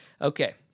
Okay